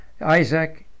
Isaac